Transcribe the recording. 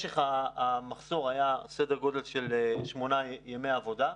משך המחסור היה בסדר-גודל של שמונה ימי עבודה,